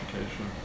education